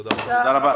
תודה רבה.